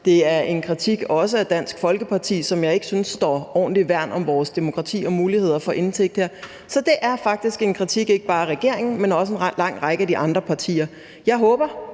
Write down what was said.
Det er også en kritik af Dansk Folkeparti, som jeg ikke synes står ordentlig værn om vores demokrati og muligheder for indsigt her. Så det er faktisk en kritik ikke bare af regeringen, men også af en lang række af de andre partier. Jeg håber,